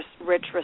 rich